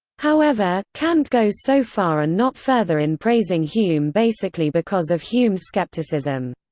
however, kant goes so far and not further in praising hume basically because of hume's skepticism.